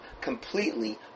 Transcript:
completely